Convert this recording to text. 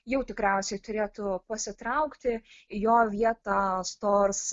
jau tikriausiai turėtų pasitraukti į jo vietą stos